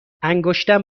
انگشتم